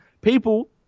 People